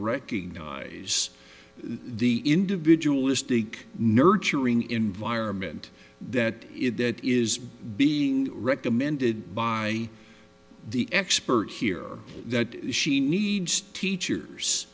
recognize the individual istic nurturing environment that is that is being recommended by the expert here that she needs teachers